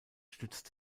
stützt